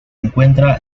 encuentra